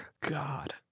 God